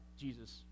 Jesus